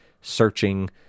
searching